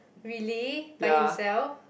really by himself